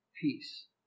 peace